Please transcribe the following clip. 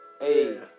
Hey